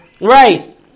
Right